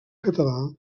català